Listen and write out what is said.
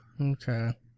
Okay